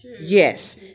Yes